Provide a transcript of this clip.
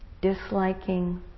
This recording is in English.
disliking